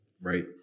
Right